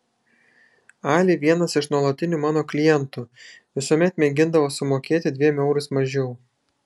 ali vienas iš nuolatinių mano klientų visuomet mėgindavo sumokėti dviem eurais mažiau